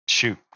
shoot